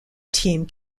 team